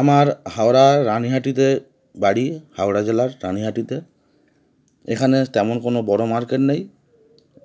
আমার হাওড়া রানীহাঁটিতে বাড়ি হাওড়া জেলার রানীহাটিতে এখানে তেমন কোনো বড়ো মার্কেট নেই